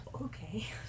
Okay